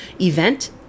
event